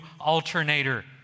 alternator